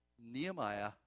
Nehemiah